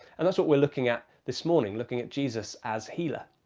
and that's what we're looking at this morning, looking at jesus as healer.